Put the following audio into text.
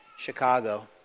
Chicago